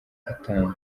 atanga